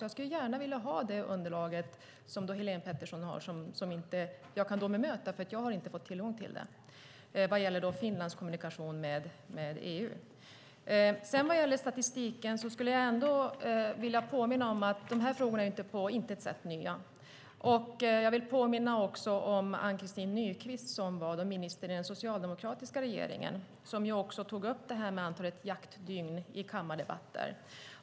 Jag skulle gärna vilja ha det underlag som Helén Pettersson har vad gäller Finlands kommunikation med EU, för jag kan inte bemöta det när jag inte har fått tillgång till det. Vad sedan gäller statistiken skulle jag vilja påminna om att dessa frågor på intet sätt är nya. Jag vill också påminna om att Ann-Christin Nykvist, som var minister i den socialdemokratiska regeringen, tog upp frågan om antalet jaktdygn i kammardebatter.